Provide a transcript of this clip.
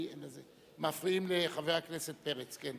אתם מפריעים לחבר הכנסת פרץ.